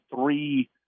three